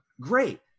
Great